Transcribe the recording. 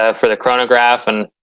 ah for the chronograph. and,